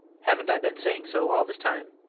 haven't i been saying so all this time?